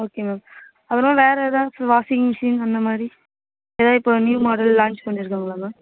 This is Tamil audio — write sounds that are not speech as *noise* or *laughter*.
ஓகே மேம் அப்புறம் வேறு எதாச்சும் வாஷிங் மிஷின் அந்த மாதிரி *unintelligible* இப்போ நியூ மாடல் லான்ச் பண்ணி இருக்காங்களா மேம்